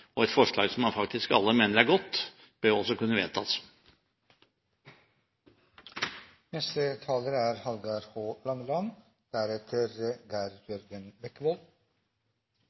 – et forslag som faktisk alle mener er godt, bør også kunne